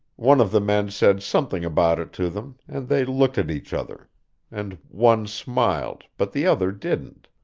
one of the men said something about it to them, and they looked at each other and one smiled, but the other didn't.